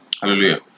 Hallelujah